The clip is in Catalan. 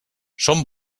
són